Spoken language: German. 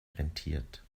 rentiert